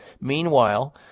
Meanwhile